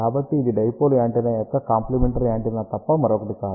కాబట్టి ఇది dipole antenna యొక్క కాంప్లిమెంటరీ యాంటెన్నా తప్ప మరొకటి కాదు